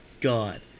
God